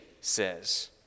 says